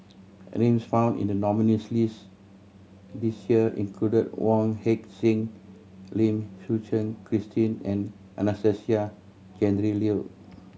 names found in the nominees' list this year include Wong Heck Sing Lim Suchen Christine and Anastasia Tjendri Liew